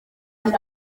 maze